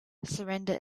surrender